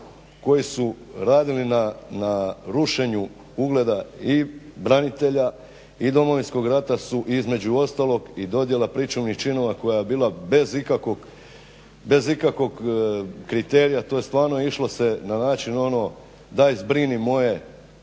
koji su radili na rušenju ugleda i branitelja i Domovinskog rata su između ostalog i dodjela pričuvnih činova koja je bila bez ikakvog kriterija, to je stvarno išlo se na način ono daj zbrini moje